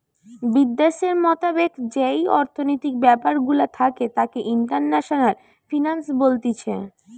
বিদ্যাশের মোতাবেক যেই অর্থনৈতিক ব্যাপার গুলা থাকে তাকে ইন্টারন্যাশনাল ফিন্যান্স বলতিছে